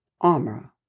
armor